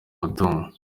mutungo